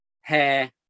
hair